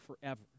forever